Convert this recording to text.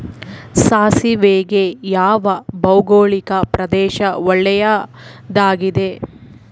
ಸಾಸಿವೆಗೆ ಯಾವ ಭೌಗೋಳಿಕ ಪ್ರದೇಶ ಒಳ್ಳೆಯದಾಗಿದೆ?